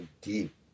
deep